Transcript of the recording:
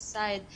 אלסייד,